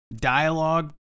Dialogue